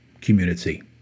community